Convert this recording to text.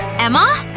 emma?